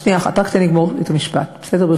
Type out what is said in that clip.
שנייה אחת, רק תן לי לגמור את המשפט, בסדר?